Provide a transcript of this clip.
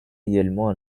également